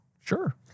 Sure